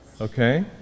Okay